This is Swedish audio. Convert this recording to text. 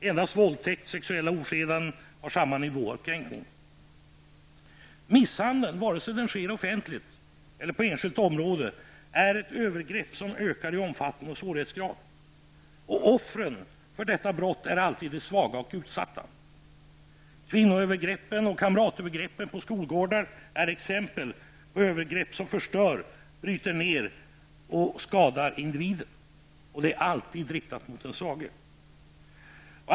Endast våldtäkt och sexuella ofredanden har samma nivå av kränkning. Misshandel, vare sig den sker offentligt eller på enskilt område, är ett övergrepp som ökar i omfattning och svårighetsgrad. Offren för detta brott är alltid de svaga och utsatta. Kvinnoövergreppen och kamratövergreppen på skolgårdar är exempel på övergrepp som förstör, bryter ner och skadar individen, och de är alltid riktade mot den svage.